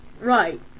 Right